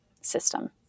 system